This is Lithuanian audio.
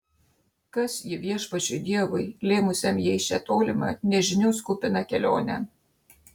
kas ji viešpačiui dievui lėmusiam jai šią tolimą nežinios kupiną kelionę